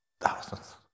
Thousands